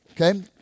okay